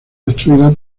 destruida